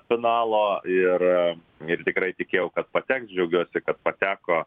finalo ir ir tikrai tikėjau kad pateks džiaugiuosi kad pateko